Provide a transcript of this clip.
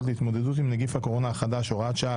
להתמודדות עם נגיף הקורונה החדש (הוראת שעה),